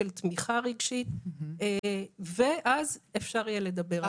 של תמיכה רגשית ואז אפשר יהיה לדבר על התעסוקה.